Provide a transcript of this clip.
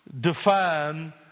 define